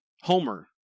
Homer